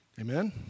Amen